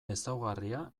ezaugarria